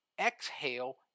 exhale